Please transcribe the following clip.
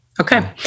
Okay